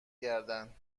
گردن